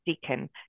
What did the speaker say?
deacon